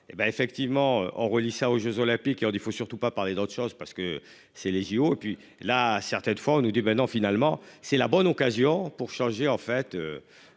effectivement on relie ça aux Jeux olympiques, il aurait dit, faut surtout pas parler d'autre chose parce que c'est les JO et puis là, certaines fois on nous dit maintenant finalement c'est la bonne occasion pour changer en fait.